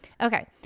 okay